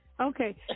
Okay